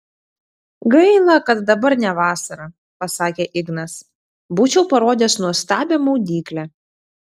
gaila kad dabar ne vasara pasakė ignas būčiau parodęs nuostabią maudyklę